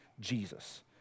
Jesus